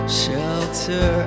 shelter